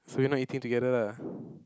so we're not eating together lah